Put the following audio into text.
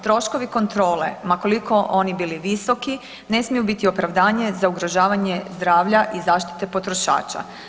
Troškovi kontrole ma koliko oni bili visoki ne smiju biti opravdanje za ugrožavanje zdravlja i zaštite potrošača.